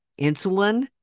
Insulin